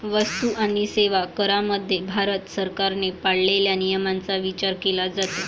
वस्तू आणि सेवा करामध्ये भारत सरकारने पाळलेल्या नियमांचा विचार केला जातो